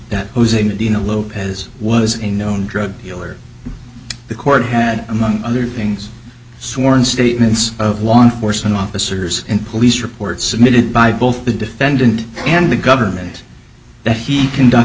medina lopez was a known drug dealer the court had among other things sworn statements of law enforcement officers and police reports submitted by both the defendant and the government that he conduct